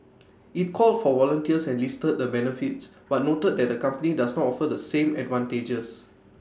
IT called for volunteers and listed the benefits but noted that the company does not offer the same advantages